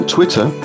Twitter